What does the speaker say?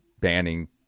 banning